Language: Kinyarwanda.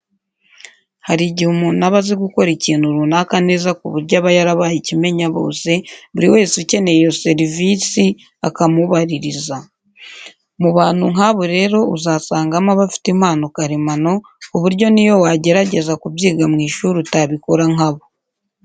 Hari igihe umuntu aba azi gukora ikintu runaka neza ku buryo aba yarabaye ikimenyabose, buri wese ukeneye iyo serivisi akamubaririza. Mu bantu nk'abo rero uzasangamo abafite impano karemano, ku buryo n'iyo wagerageza kubyiga mu ishuri utabikora nka bo.